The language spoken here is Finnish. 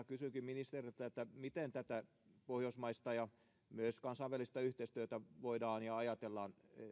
kysynkin ministeriltä miten tätä pohjoismaista ja myös kansainvälistä yhteistyötä voidaan ja ajatellaan